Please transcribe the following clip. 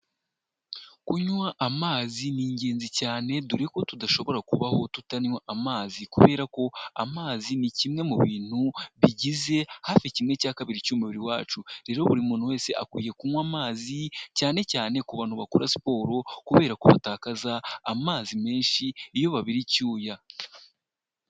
Kunywa amazi ni ingenzi cyane dore ko tudashobora kubaho tutanywa amazi, kubera ko amazi ni kimwe mu bintu bigize hafi kimwe cya kabiri cy'umubiri wacu, rero buri muntu wese akwiye kunywa amazi cyane cyane kubantu bakora siporo kubera ko batakaza amazi menshi iyo babira icyuya.